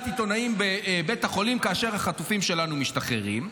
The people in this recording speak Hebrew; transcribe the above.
עיתונאים בבית החולים כאשר החטופים שלנו משתחררים?